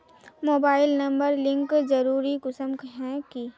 Mobile number link जरुरी कुंसम है की?